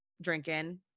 drinking